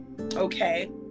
Okay